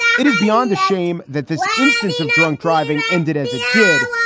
it is beyond the shame that this instance of drunk driving ended as it did.